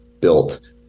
built